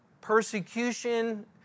persecution